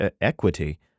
equity